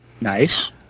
Nice